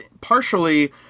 partially